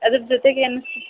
ಅದ್ರ ಜೊತೆಗೇನು